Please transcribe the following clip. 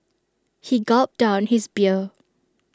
he gulped down his beer